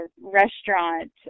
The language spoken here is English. restaurant